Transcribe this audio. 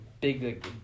big